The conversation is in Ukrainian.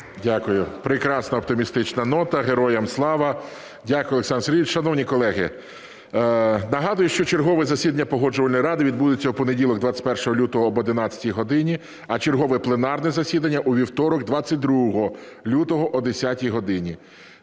Дякую. Прекрасна оптимістична нота. Героям Слава! Дякую, Олександр Сергійович. Шановні колеги, нагадую, що чергове засідання Погоджувальної ради відбудеться в понеділок 21 лютого об 11 годині, а чергове пленарне засідання – у вівторок 22 лютого о 10 годині.